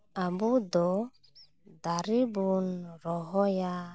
ᱟᱵᱚ ᱫᱚ ᱫᱟᱨᱮ ᱵᱚᱱ ᱨᱚᱦᱚᱭᱟ